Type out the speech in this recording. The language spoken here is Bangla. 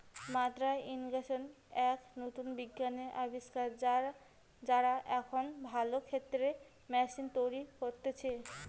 মাদ্দা ইর্রিগেশন এক নতুন বিজ্ঞানের আবিষ্কার, যারা এখন ভালো ক্ষেতের ম্যাশিন তৈরী করতিছে